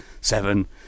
seven